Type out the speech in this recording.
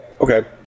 Okay